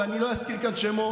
ואני לא אזכיר כאן שמות,